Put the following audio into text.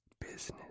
Business